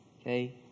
Okay